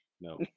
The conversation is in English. no